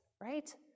right